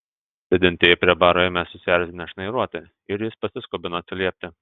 sėdintieji prie baro ėmė susierzinę šnairuoti ir jis pasiskubino atsiliepti